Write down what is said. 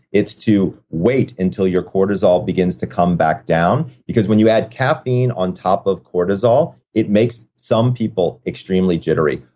it's to wait until your cortisol begins to come back down. because when you add caffeine on top of cortisol, it makes some people extremely jittery.